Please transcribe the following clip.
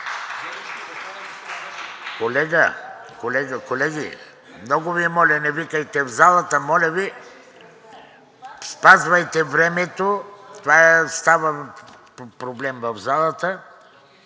Колеги, много Ви моля, не викайте в залата! Моля Ви, спазвайте времето, става проблем в залата.